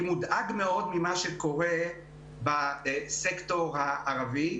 אני מודאג מאוד ממה שקורה בסקטור הערבי.